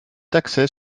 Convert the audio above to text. d’accès